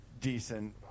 decent